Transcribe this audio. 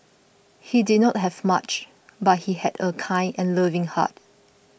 he did not have much but he had a kind and loving heart